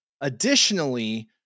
Additionally